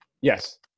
yes